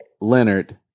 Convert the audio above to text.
leonard